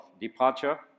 departure